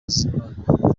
z’imana